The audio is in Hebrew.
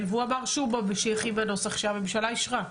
והוא אמר שילכו בנוסח שהממשלה אישרה.